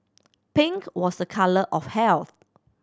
pink was a colour of health